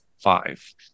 five